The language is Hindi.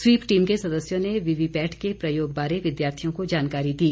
स्वीप टीम के सदस्यों ने वीवीपैट के प्रयोग बारे विद्यार्थियों को जानकारी दी